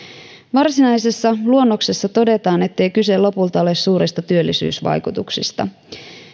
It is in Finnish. varsinaisessa luonnoksessa todetaan ettei kyse lopulta ole suurista työllisyysvaikutuksista